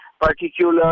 particular